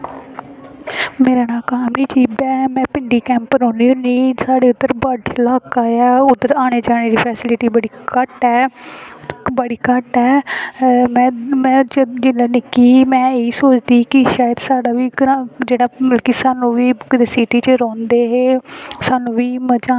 मेरा नांऽ काव्या चिब ऐ में भिंडी कैंप रौह्न्नी होन्नी साढ़े उद्धर बॉर्डर इलाका ऐ साढ़े उद्धर आने जाने दी फेस्लिटी बड़ी घट्ट ऐ बड़ी घट्ट ऐ में में जेल्लै निक्की ही ते में सोचदी ही साढ़ा बी जेह्ड़ा कि स्हानू कुदै सिटी च रौहंदे हे स्हानू बी मज़ा